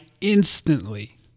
instantly